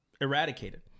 eradicated